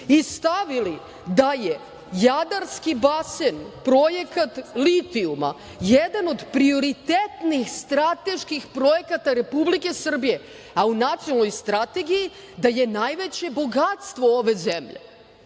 i stavili da je Jadarski basen, projekat litijuma, jedan od prioritetnih strateških projekata Republike Srbije, a u nacionalnoj strategiji da je najveće bogatstvo ove zemlje.